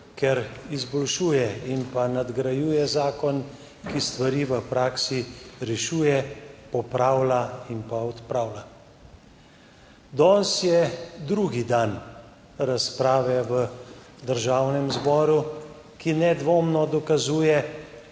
ker izboljšuje in pa nadgrajuje zakon, ki stvari v praksi rešuje, popravlja in pa odpravlja. Danes je drugi dan razprave v Državnem zboru, ki nedvomno dokazuje,